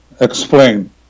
Explain